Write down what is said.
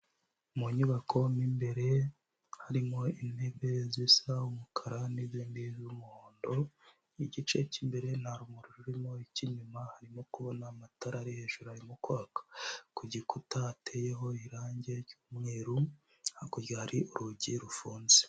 Mu nyubako mo imbere harimo intebe zisa umukara n'izindi z'umuhondo, igice cy'imbere nta rumuri rurimo, icy'inyuma harimo kubona amatara ari hejuru arimo kwaka. Ku gikuta hateyeho irangi ry'umweru, hakurya hari urugi rufunze.